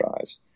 eyes